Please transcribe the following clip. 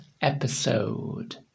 episode